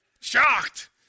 shocked